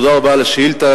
תודה רבה על השאילתא,